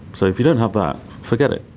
so if you don't have that, forget it.